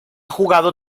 jugado